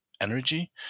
energy